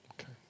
Okay